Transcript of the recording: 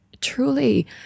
truly